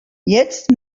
jetzt